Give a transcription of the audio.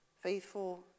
faithful